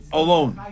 alone